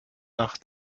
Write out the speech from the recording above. nach